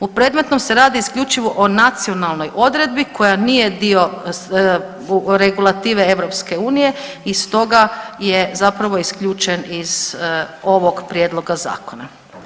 U predmetnom se radi isključivo o nacionalnoj odredbi koja nije dio regulative EU i stoga je zapravo isključen iz ovog prijedloga zakona.